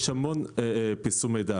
יש המון פרסום מידע